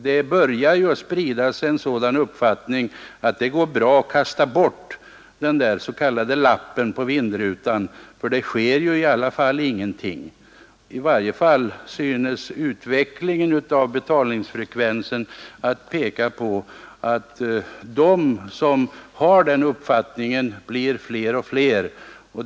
Det börjar sprida sig en uppfattning att det går bra att kasta bort den s.k. lappen på vindrutan, för det sker i alla fall ingenting. I varje fall synes utvecklingen av betalningsfrekvensen peka på att de som har den uppfattningen blir fler och fler.